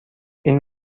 این